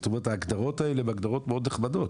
זאת אומרת ההגדרות האלה הן הגדרות מאוד נחמדות,